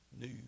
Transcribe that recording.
new